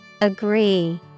Agree